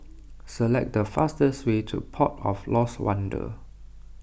select the fastest way to Port of Lost Wonder